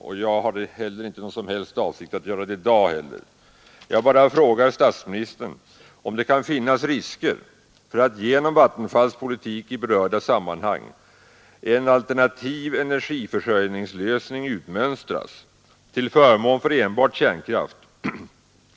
Och jag har inte någon avsikt att göra det i dag heller, utan jag bara frågar industriministern, om det kan finnas risker för att genom Vattenfalls politik i berörda sammanhang en alternativ energiförsörjningslösning utmönstras till förmån för enbart kärnkraft,